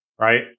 right